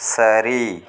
சரி